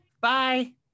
Bye